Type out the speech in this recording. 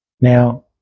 Now